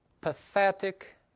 pathetic